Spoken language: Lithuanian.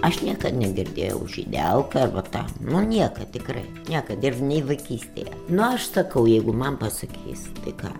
aš niekad negirdėjau žydelka vat ta niekad tikrai niekad ir nei vaikystėje na aš sakau jeigu man pasakys tai ką